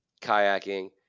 kayaking